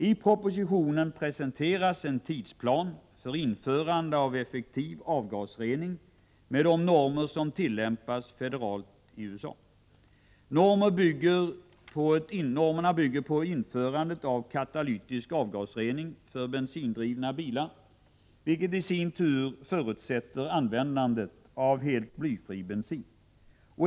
I propositionen läggs det fram en tidsplan för införande av effektiv avgasrening med de normer som tillämpas federalt i USA. Normerna bygger på införande av katalytisk avgasrening för bensindrivna bilar, vilket i sin tur förutsätter användande av helt blyfri bensin.